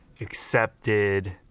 accepted